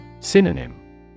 Synonym